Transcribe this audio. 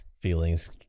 feelings